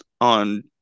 on